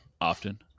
often